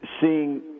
seeing